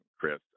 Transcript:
Chris